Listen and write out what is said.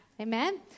Amen